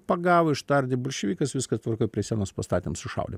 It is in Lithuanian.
pagavo ištardė bolševikas viskas tvarkoj prie sienos pastatėm sušaudė